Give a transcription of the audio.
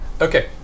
okay